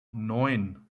neun